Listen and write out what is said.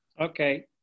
Okay